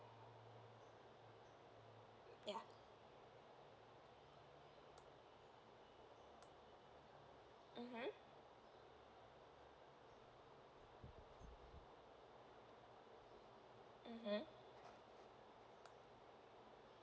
ya mmhmm mmhmm